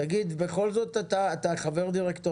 אתה חבר דירקטוריון?